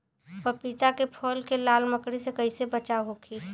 पपीता के फल के लाल मकड़ी से कइसे बचाव होखि?